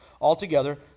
Altogether